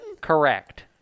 correct